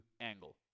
angle